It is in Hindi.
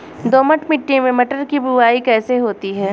दोमट मिट्टी में मटर की बुवाई कैसे होती है?